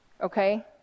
okay